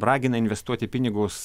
ragina investuoti pinigus